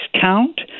count